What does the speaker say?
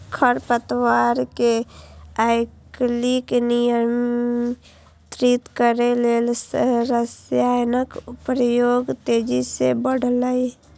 खरपतवार कें आइकाल्हि नियंत्रित करै लेल रसायनक प्रयोग तेजी सं बढ़लैए